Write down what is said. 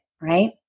right